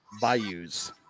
bayous